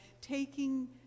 taking